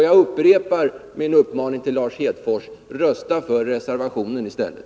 Jag upprepar min uppmaning till Lars Hedfors: Rösta för reservationen i stället.